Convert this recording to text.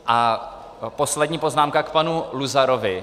A poslední poznámka k panu Luzarovi.